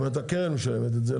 זאת אומרת הקרן משלמת את זה,